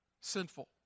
sinful